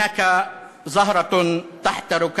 (אומר משפט בערבית, להלן תרגומו: